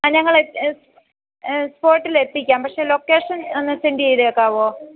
ആ ഞങ്ങൾ എ സ്പോട്ടിലെത്തിക്കാം പക്ഷേ ലൊക്കേഷൻ ഒന്ന് സെന്റ് ചെയ്തേക്കാവോ